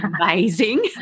amazing